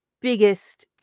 biggest